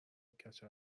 کچل